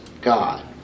God